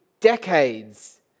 decades